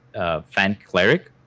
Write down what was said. ah fang cleric